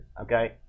okay